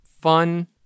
Fun